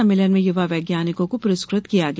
सम्मेलन में युवा वैज्ञानिकों को प्रस्कृत किया गया